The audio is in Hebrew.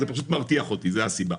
זה פשוט מרתיח אותי זה הסיבה.